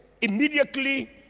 immediately